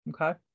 okay